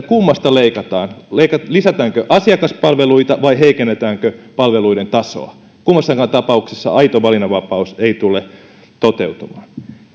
kummasta leikataan lisätäänkö asiakaspalveluita vai heikennetäänkö palveluiden tasoa kummassakaan tapauksessa aito valinnanvapaus ei tule toteutumaan